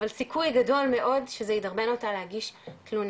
אבל סיכוי גדול מאוד שזה מדרבן אותה להגיש תלונה.